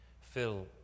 Fill